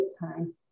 time